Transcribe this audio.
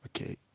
Okay